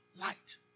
light